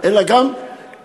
אלא גם אזורי.